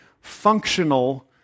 functional